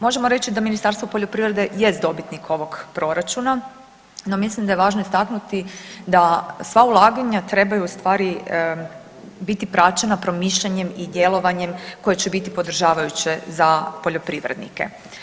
Možemo reći da Ministarstvo poljoprivrede jest dobitnik ovog proračuna, no mislim da je važno istaknuti da sva ulaganja trebaju u stvari biti praćena promišljanjem i djelovanjem koje će biti podržavajuće za poljoprivrednike.